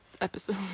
episode